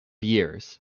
years